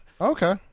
Okay